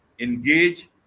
engage